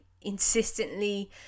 insistently